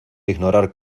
ignorar